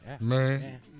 Man